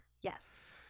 Yes